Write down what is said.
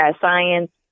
science